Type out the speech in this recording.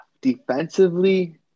Defensively